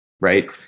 right